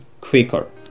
quicker